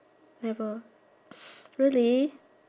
never really